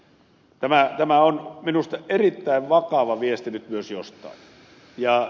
tämä on minusta erittäin vakava viesti nyt jostain